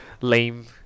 lame